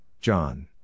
John